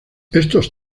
estos